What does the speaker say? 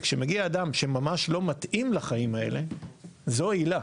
וכשמגיע אדם שממש לא מתאים לחיים האלה זו עילה.